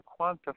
quantify